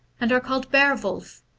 and are called ber-wolflf,